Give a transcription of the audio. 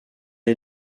est